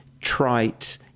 trite